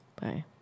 Bye